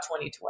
2020